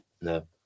No